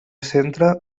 centre